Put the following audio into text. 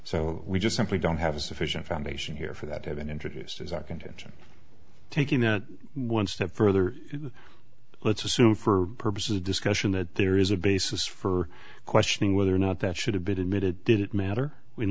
so we just simply don't have a sufficient foundation here for that have been introduced as our contention taking it one step further let's assume for purposes of discussion that there is a basis for questioning whether or not that should have been admitted did it matter in